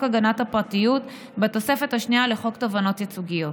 הגנת הפרטיות בתוספת השנייה לחוק תובענות ייצוגיות.